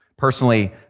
Personally